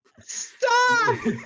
stop